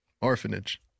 orphanage